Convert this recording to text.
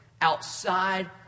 outside